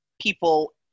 people